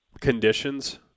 conditions